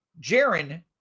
Jaron